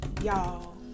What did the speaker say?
y'all